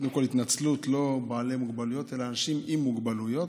קודם כול התנצלות: לא "בעלי מוגבלויות" אלא "אנשים עם מוגבלויות".